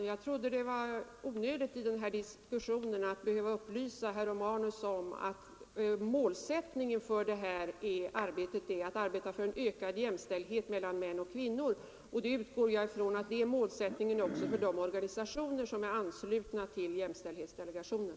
Herr talman! Jag trodde inte att jag behövde upplysa herr Romanus om att målsättningen är att arbeta för ökad jämställdhet mellan män och kvinnor. Jag utgår från att det är målsättningen också för de organisationer som är anslutna till jämställdhetsdelegationen.